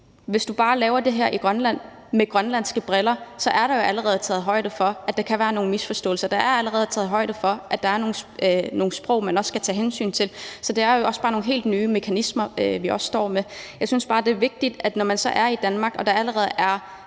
hvis du bare laver det her i Grønland og ser på det med grønlandske briller, er der jo allerede taget højde for, at der kan være nogle misforståelser. Der er allerede taget højde for, at der er nogle sprog, man også skal tage hensyn til. Så det er jo også bare nogle helt nye mekanismer, vi står med. Jeg synes bare, det er vigtigt at sige, at når man så er i Danmark, hvor der allerede er